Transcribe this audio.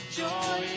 joy